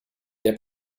der